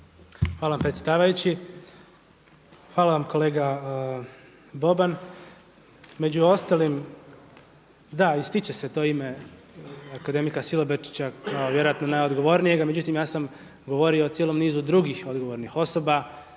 Hvala predsjedavajući, hvala vam kolega Boban. Među ostalim, da, ističe se to ime akademika Silobrčića a vjerojatno najodgovornijega, međutim ja sam govorio o cijelom nizu drugih odgovornih osoba,